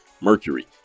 mercury